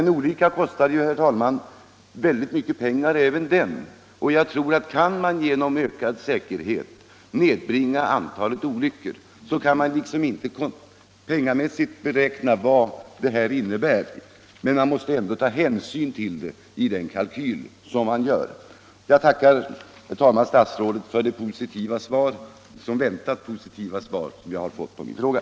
Men olyckan kostade ju i alla fall, herr talman, oerhört mycket pengar. Man kan visserligen inte beräkna vad det innebär penningmässigt att genom ökad säkerhet nedbringa antalet olyckor, men man måste ändå ta hänsyn till det i den kalkyl man gör. Jag tackar statsrådet för det som väntat positiva svar som jag har fått på min fråga.